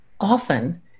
often